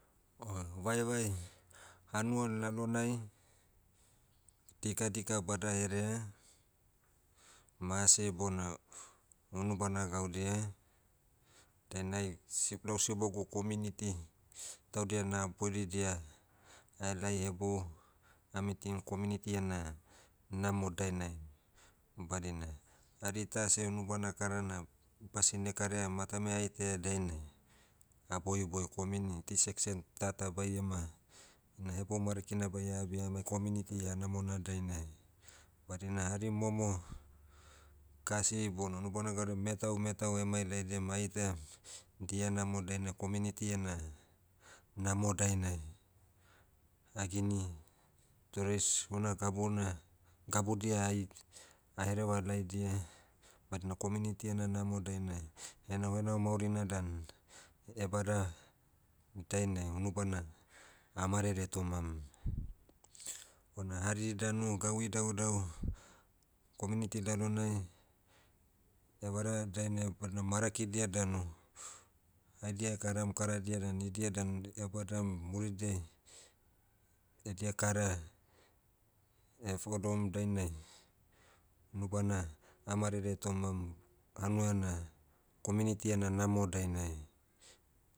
O vaevae, hanua lalonai, dikadika badaherea, mase bona, hounubana gaudia, dainai sib- lau sibogu community, taudia na boiridia, ahelai hebou, ah meeting community ena, namo dainai. Badina, hari ta seh unubana karana, basine karaia matamai aitaia dainai, ah boiboi community section tata baiema, ina hebou marakina baia abia amai community ihanamona dainai, badina hari momo, kasi bona unubana gaudia metau metau emailaidiam aitiam, dia namo dainai community ena, namo dainai, agini, toreis huna gabu na, gabudia ai, ahereva laidia, badina community ena namo dainai. Henaohenao maurina dan, ebada, dainai unubana, ah marere tomam. Bona hari danu gau idauidau, community lalonai, evara dainai badina marakidia danu, haidia ekaram karadia dan idia dan ebadam muridiai, edia kara, folom dainai, unubana, amarere tomam, hanua ena, community ena namo dainai